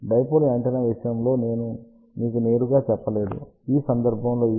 dipole antenna విషయంలో నేను మీకు నేరుగా చెప్పలేదు ఈ సందర్భములో ఇది l d 0